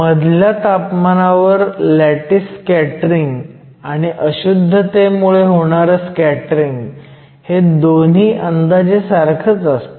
मधल्या तापमानावर lattice scattering आणि अशुद्धतेमुळे होणारं स्कॅटरिंग हे दोन्ही अंदाजे सारखंच असतं